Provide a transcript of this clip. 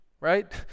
right